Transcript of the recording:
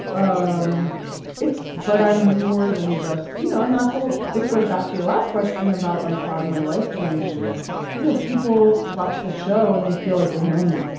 um it's but i'm more than just you know, and that's a whole this goes back to your last question about, like, how has my life changed? yeah you know, people watch the show. and they feel like they know me,